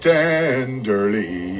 tenderly